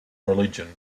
religion